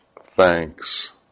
thanks